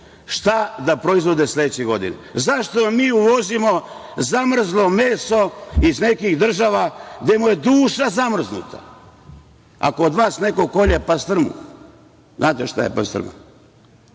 šta da proizvode sledeće godine. Zašto mi uvozimo zamrzlo meso iz nekih država gde mu je duša zamrznuta, a kod vas neko kolje pastrmu, znate šta je pastrma,